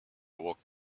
walked